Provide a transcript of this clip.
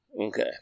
Okay